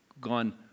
gone